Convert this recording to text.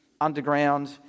underground